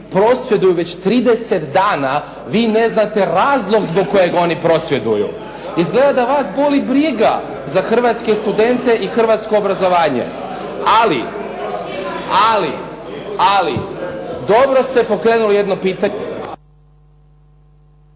prosvjeduju već 30 dana vi ne znate razlog zbog kojeg oni prosvjeduju. Izgleda da vas boli briga za hrvatske studente i hrvatsko obrazovanje. Ali dobro ste pokrenuli jedno …